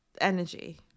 energy